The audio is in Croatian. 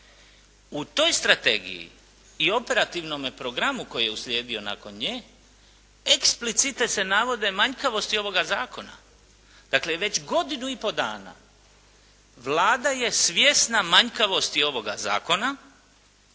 U toj Strategiji i operativnome programu koji je uslijedio nakon nje explicite se navode manjkavosti ovoga zakona. Dakle, već godinu i pol dana Vlada je svjesna manjkavosti ovoga zakona